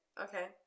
okay